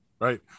right